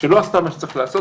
שלא עשתה מה שצריך לעשות,